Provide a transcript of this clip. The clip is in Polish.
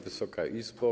Wysoka Izbo!